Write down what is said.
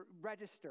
register